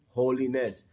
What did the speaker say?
holiness